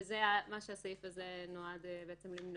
וזה מה שהסעיף הזה נועד למנוע.